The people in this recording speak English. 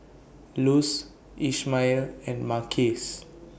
Luz Ishmael and Marquise